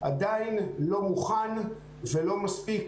עדיין לא מוכן ולא מספיק,